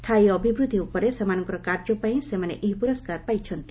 ସ୍ଥାୟୀ ଅଭିବୃଦ୍ଧି ଉପରେ ସେମାନଙ୍କର କାର୍ଯ୍ୟ ପାଇଁ ସେମାନେ ଏହି ପୁରସ୍କାର ପାଇଛନ୍ତି